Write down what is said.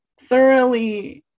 thoroughly